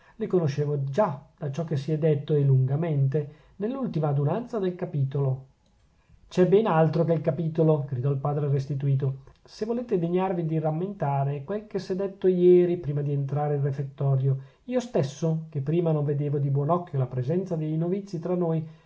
li conoscevo già da ciò che si è detto e lungamente nella ultima adunanza del capitolo c'è ben altro che il capitolo gridò il padre restituto se volete degnarvi di rammentare quel che s'è detto ieri prima di entrare in refettorio io stesso che prima non vedevo di buon occhio la presenza dei novizi tra noi